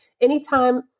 anytime